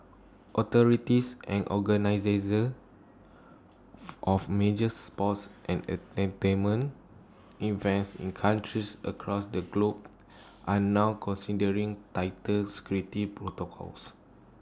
authorities and of major sports and entertainment events in countries across the globe are now considering tighter security protocols